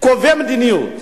קובעי המדיניות.